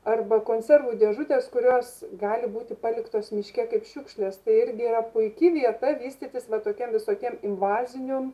arba konservų dėžutės kurios gali būti paliktos miške kaip šiukšlės tai irgi yra puiki vieta vystytis va tokiem visokiem invaziniom